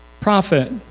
Prophet